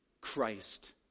Christ